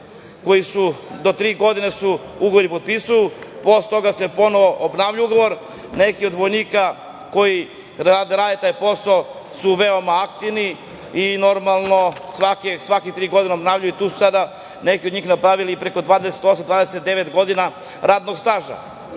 rade, do tri godine ugovore potpisuju, posle toga se ponovo obnavlja ugovor, neki od vojnika koji rade taj posao su veoma aktivni i normalno svake tri godine obnavljaju, tu su sada neki od njih napravili i preko 28, 29 godina radnog